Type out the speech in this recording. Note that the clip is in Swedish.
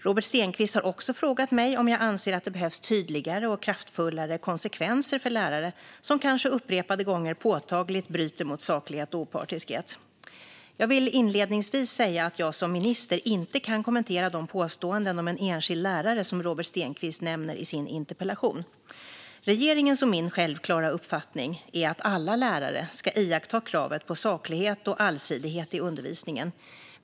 Robert Stenkvist har också frågat mig om jag anser att det behövs tydligare och kraftfullare konsekvenser för lärare som kanske upprepade gånger påtagligt bryter mot saklighet och opartiskhet. Jag vill inledningsvis säga att jag som minister inte kan kommentera de påståenden om en enskild lärare som Robert Stenkvist nämner i sin interpellation. Regeringens och min självklara uppfattning är att alla lärare ska iaktta kravet på saklighet och allsidighet i undervisningen.